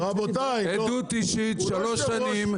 רשות המים עושה מה שהיא רוצה,